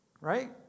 Right